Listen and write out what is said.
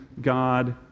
God